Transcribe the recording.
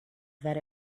that